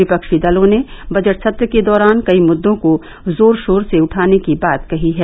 विपक्षी दलों ने बजट सत्र के दौरान कई मुद्दों को जोर शोर से उठाने की बात कही है